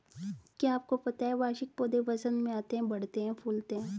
क्या आपको पता है वार्षिक पौधे वसंत में आते हैं, बढ़ते हैं, फूलते हैं?